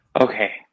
okay